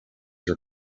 your